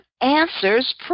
answers